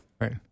Right